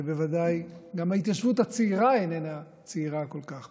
ובוודאי גם ההתיישבות הצעירה איננה התיישבות צעירה כל כך.